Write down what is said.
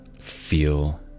feel